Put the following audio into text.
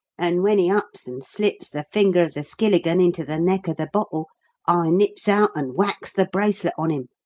and when he ups and slips the finger of the skilligan into the neck of the bottle, i nips out and whacks the bracelet on him.